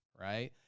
right